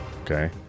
okay